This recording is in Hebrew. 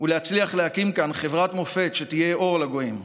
ולהצליח להקים כאן חברת מופת שתהיה אור לגויים.